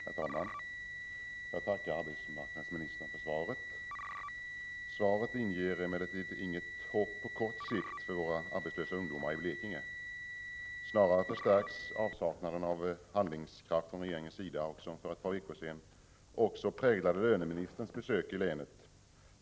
Herr talman! Jag tackar arbetsmarknadsministern för svaret. Svaret inger emellertid inget hopp på kort sikt för våra arbetslösa ungdomar i Blekinge. Snarare förstärks intrycket av avsaknad av handlingskraft från regeringens sida, som för ett par veckor sedan också präglade löneministerns besök i länet.